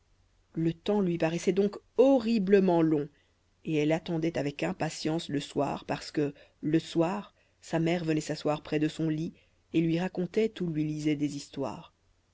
le temps lui paraissait donc horriblement long et elle attendait avec impatience le soir parce que le soir sa mère venait s'asseoir près de son lit et lui racontait ou lui lisait des histoires